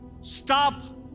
stop